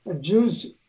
Jews